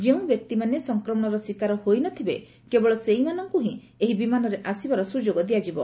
ଯେଉଁ ବ୍ୟକ୍ତିମାନେ ସଂକ୍ରମଣର ଶିକାର ହୋଇ ନ ଥିବେ କେବଳ ସେହିମାନଙ୍କୁ ହିଁ ଏହି ବିମାନରେ ଆସିବାର ସୁଯୋଗ ଦିଆଯିବ